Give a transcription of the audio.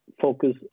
focus